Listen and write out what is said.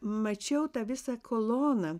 mačiau tą visą koloną